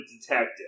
detective